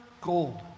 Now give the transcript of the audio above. gold